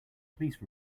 please